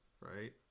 Right